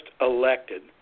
elected